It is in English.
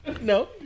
No